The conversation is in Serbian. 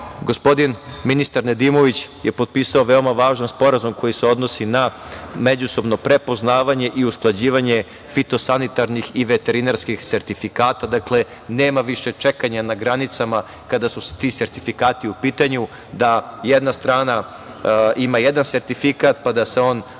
potpisao. Gospodin ministar Nedimović je potpisao veoma važan sporazum koji se odnosi na međusobno prepoznavanje i usklađivanje fitosanitarnih i veterinarskih sertifikata, nema više čekanja na granicama kada su ti sertifikati u pitanju, da jedna strana ima jedan sertifikat, pa da se on